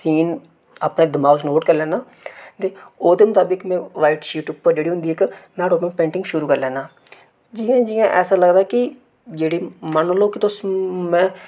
scene अपने दिमाग च नोट करी लैन्ना ते ओह्दे मताबक में वाइट शीट अप्पर होंदी इक न्हाड़े पर पेंटिंग शुरू करी लैन्ना जि'यां जि'यां ऐसा लगदा कि जेह्ड़ी मन्नी लोओ कि तुस में